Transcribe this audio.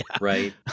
Right